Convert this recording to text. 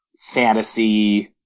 fantasy